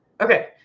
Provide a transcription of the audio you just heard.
Okay